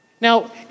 Now